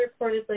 reportedly